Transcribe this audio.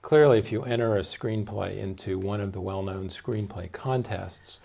clearly if you enter a screenplay into one of the well known screenplay contests